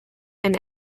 and